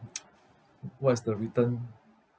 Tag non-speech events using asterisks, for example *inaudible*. *noise* what is the return